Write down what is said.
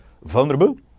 vulnerable